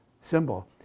symbol